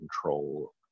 control